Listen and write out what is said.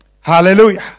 Hallelujah